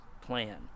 plan